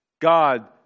God